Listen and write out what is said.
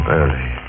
early